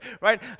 right